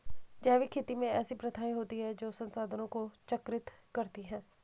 जैविक खेती में ऐसी प्रथाएँ होती हैं जो संसाधनों को चक्रित करती हैं